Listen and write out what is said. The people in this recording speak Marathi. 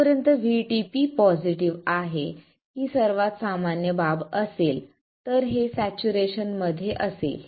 जोपर्यंत VTP पॉझिटिव्ह आहे ही सर्वात सामान्य बाब असेल तर हे सॅच्युरेशन मध्ये असेल